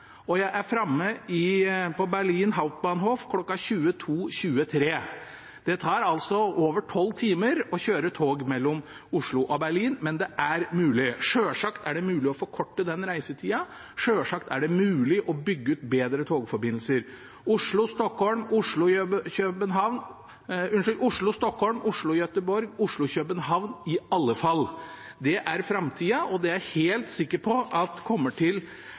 og jeg er framme på Berlin Hauptbahnhof kl. 22.23. Det tar altså over tolv timer å kjøre tog mellom Oslo og Berlin, men det er mulig. Selvsagt er det mulig å forkorte den reisetida, selvsagt er det mulig å bygge ut bedre togforbindelser, i alle fall Oslo–Stockholm, Oslo–Göteborg og Oslo–København. Det er framtida, og det er jeg helt sikker på det kommer til